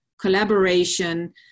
collaboration